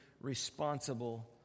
responsible